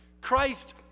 Christ